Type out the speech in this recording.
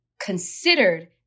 considered